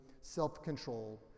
self-control